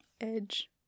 edge